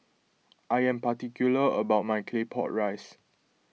I am particular about my Claypot Rice